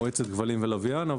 מועצת כבלים ולוויין,